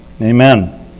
Amen